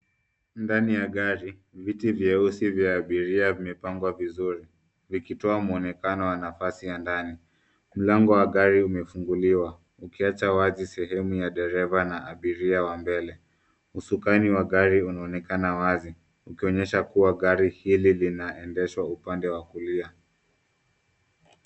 Ndani ya gari, viti vyeusi vya abiria vimepangwa vizuri vikitoa mwonekano wa nafasi ya ndani. Mlango wa gari umefunguliwa ukiacha wazi sehemu ya dereva na abira wa mbele. Usukani wa gari unaonekana wazi, ukionyesha kuwa gari hili linaendeshwa upande wa kulia.